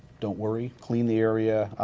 don't worry, clean the area,